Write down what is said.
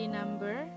number